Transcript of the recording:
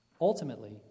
Ultimately